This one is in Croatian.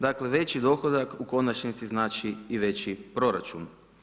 Dakle, veći dohodak u konačnici znači i veći proračun.